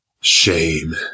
Shame